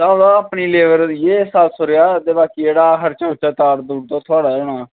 ओह्दे बाद अपनी लेबर इयै सत्त सौ रपेआ ते बाकी जेह्ड़ा खर्चा तार दा थुआढ़ा होना